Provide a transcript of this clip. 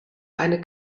eine